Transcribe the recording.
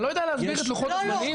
אתה לא יודע להסביר את לוחות הזמנים?